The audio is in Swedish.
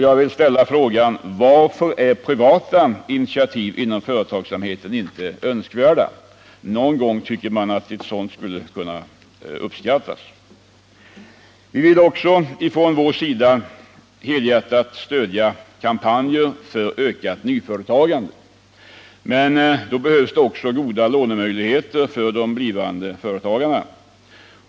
Jag vill ställa frågan: Varför är privata initiativ inom företagsamheten inte önskvärda? Någon gång skulle sådana kunna uppskattas. Från moderata samlingspartiets sida vill vi helhjärtat stödja kampanjer för ökat nyföretagande. Men då behövs också goda lånemöjligheter för de blivande företagarna.